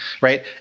right